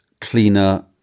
cleaner